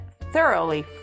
thoroughly